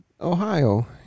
Ohio